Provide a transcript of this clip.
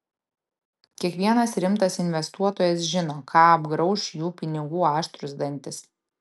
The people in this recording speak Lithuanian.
kiekvienas rimtas investuotojas žino ką apgrauš jų pinigų aštrūs dantys